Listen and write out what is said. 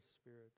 spirit